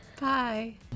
Bye